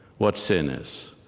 what sin is,